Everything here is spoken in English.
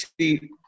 see